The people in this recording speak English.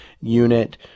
unit